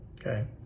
Okay